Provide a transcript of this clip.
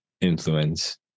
influence